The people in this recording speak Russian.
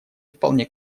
вполне